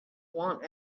want